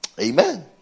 Amen